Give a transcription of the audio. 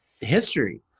history